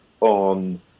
on